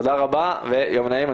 תודה רבה ויום נעים.